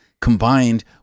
combined